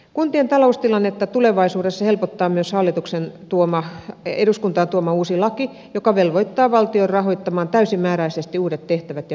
kuntien taloustilannetta tulevaisuudessa helpottaa myös hallituksen eduskuntaan tuoma uusi laki joka velvoittaa valtion rahoittamaan täysimääräisesti uudet tehtävät ja velvoitteet